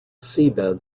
seabed